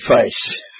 face